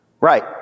Right